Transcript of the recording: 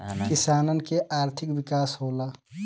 किसानन के आर्थिक विकास होला